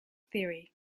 theory